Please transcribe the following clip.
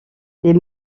les